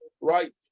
right